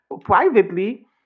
privately